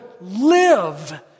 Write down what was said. live